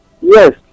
Yes